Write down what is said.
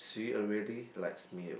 she already likes me already